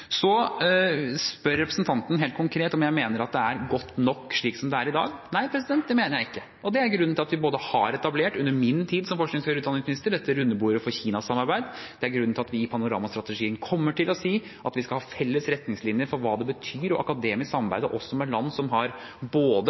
Så spør representanten helt konkret om jeg mener at det er godt nok slik det er i dag. Nei, det mener jeg ikke. Det er grunnen til at vi under min tid som forsknings- og høyere utdanningsminister har etablert dette rundebordet for Kina-samarbeid. Det er grunnen til at vi i Panorama-strategien kommer til å si at vi skal ha felles retningslinjer for hva det betyr akademisk å samarbeide også med land som har både